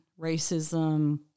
racism